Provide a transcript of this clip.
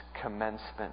commencement